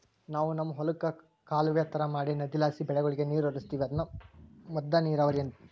ನಾವು ನಮ್ ಹೊಲುಕ್ಕ ಕಾಲುವೆ ತರ ಮಾಡಿ ನದಿಲಾಸಿ ಬೆಳೆಗುಳಗೆ ನೀರು ಹರಿಸ್ತೀವಿ ಅದುನ್ನ ಮದ್ದ ನೀರಾವರಿ ಅಂಬತೀವಿ